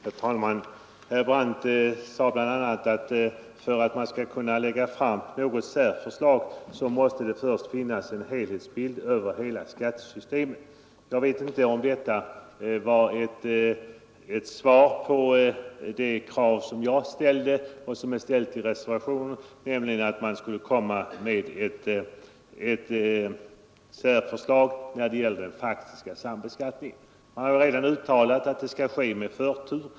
Herr talman! Herr Brandt sade bl.a. att man för att kunna lägga fram ett särförslag först måste ha en helhetsbild över hela skattesystemet. Jag vet inte om detta uttalande var ett svar på det krav som jag ställde och som har ställts i reservationen 7, nämligen att ett särförslag beträffande den faktiska sambeskattningen skulle läggas fram. Man har redan uttalat att det skall ske med förtur.